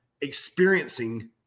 experiencing